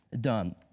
done